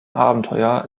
abenteuer